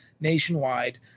nationwide